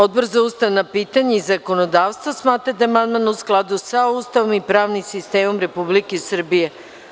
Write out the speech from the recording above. Odbor za ustavna pitanja i zakonodavstvo smatra da je amandman u skladu sa Ustavom i pravnim sistemom Republike Srbije.